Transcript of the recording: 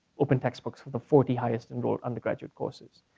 open textbooks for the forty highest enrolled undergraduate courses.